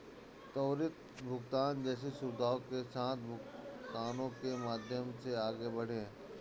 त्वरित भुगतान जैसी सुविधाओं के साथ भुगतानों के माध्यम से आगे बढ़ें